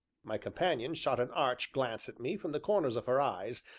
my companion shot an arch glance at me from the corners of her eyes,